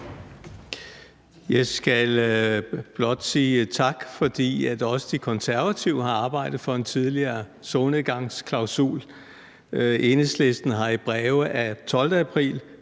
Jeg skal blot sige tak for, at også De Konservative har arbejdet for en tidligere solnedgangsklausul. Enhedslisten har i breve af 12. april,